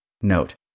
Note